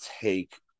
take